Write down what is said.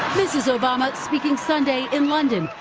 mrs. obama speaking sunday in london,